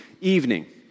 evening